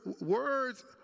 words